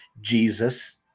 Jesus